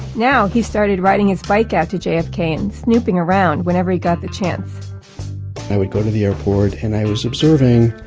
now, he started riding his bike out to jfk and snooping around whenever he got the chance i would go to the airport, and i was observing,